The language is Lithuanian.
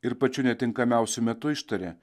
ir pačiu netinkamiausiu metu ištaria